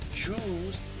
Choose